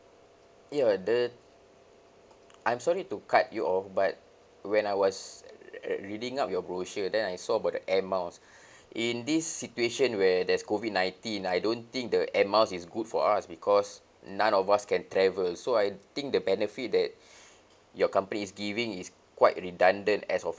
ya the I'm sorry to cut you off but when I was err reading up your brochure then I saw about the air miles in this situation where there's COVID nineteen I don't think the air miles is good for us because none of us can travel so I think the benefit that your company is giving is quite redundant as of